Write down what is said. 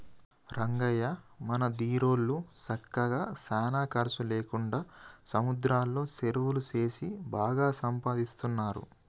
రంగయ్య మన దీరోళ్ళు సక్కగా సానా ఖర్చు లేకుండా సముద్రంలో సెరువులు సేసి బాగా సంపాదిస్తున్నారు